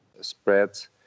spreads